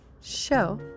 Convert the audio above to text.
show